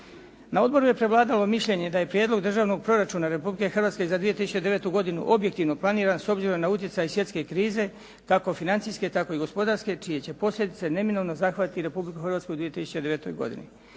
Na odboru je prevladalo mišljenje da je Prijedlog državnog proračuna Republike Hrvatske za 2009. godinu objektivno planiran s obzirom na utjecaj svjetske krize kako financijske tako i gospodarske čije će posljedice neminovno zahvatiti Republiku Hrvatsku u 2009. godini.